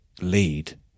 lead